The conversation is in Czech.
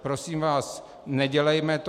Prosím vás, nedělejme to.